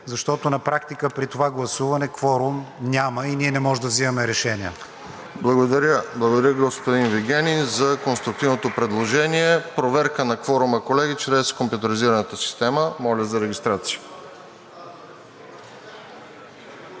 защото на практика при това гласуване кворум няма и ние не можем да взимаме решения. ПРЕДСЕДАТЕЛ РОСЕН ЖЕЛЯЗКОВ: Благодаря, господин Вигенин, за конструктивното предложение. Проверка на кворума, колеги, чрез компютризираната система. Моля за регистрация.